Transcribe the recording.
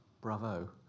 bravo